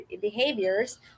behaviors